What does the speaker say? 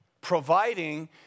providing